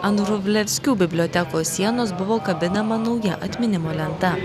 ant vrublevskių bibliotekos sienos buvo kabinama nauja atminimo lenta